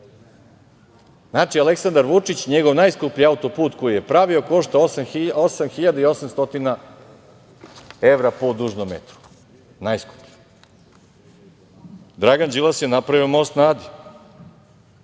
Znači, Aleksandar Vučić, njegov najskuplji auto-put koji je pravio košta osam hiljada i 800 evra po dužnom metru, najskuplji. Dragan Đilas je napravio most na Adi,